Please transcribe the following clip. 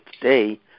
today